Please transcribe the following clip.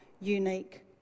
unique